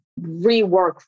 rework